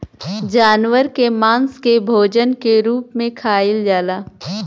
जानवर के मांस के भोजन के रूप में खाइल जाला